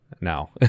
now